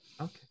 Okay